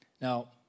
Now